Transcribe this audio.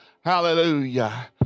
hallelujah